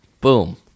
boom